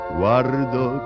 guardo